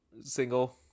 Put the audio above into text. Single